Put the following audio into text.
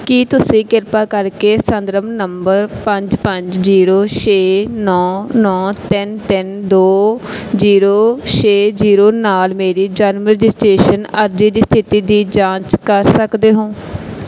ਕੀ ਤੁਸੀਂ ਕਿਰਪਾ ਕਰਕੇ ਸੰਦਰਭ ਨੰਬਰ ਪੰਜ ਪੰਜ ਜੀਰੋ ਛੇ ਨੌਂ ਨੌਂ ਤਿੰਨ ਤਿੰਨ ਦੋ ਜੀਰੋ ਛੇ ਜੀਰੋ ਨਾਲ ਮੇਰੀ ਜਨਮ ਰਜਿਸਟ੍ਰੇਸ਼ਨ ਅਰਜ਼ੀ ਦੀ ਸਥਿਤੀ ਦੀ ਜਾਂਚ ਕਰ ਸਕਦੇ ਹੋ